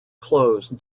closed